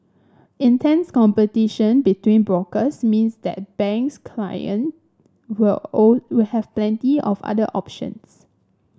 intense competition between brokers means that bank's client will all will have plenty of other options